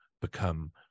become